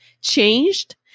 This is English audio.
changed